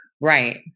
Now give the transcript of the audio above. Right